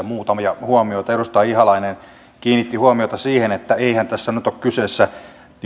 muutamia huomioita edustaja ihalainen kiinnitti huomiota siihen että eihän tässä nyt ole kyseessä